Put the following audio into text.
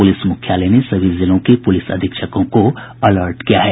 police मुख्यालय ने सभी जिलों के पुलिस अधीक्षकों को अलर्ट किया है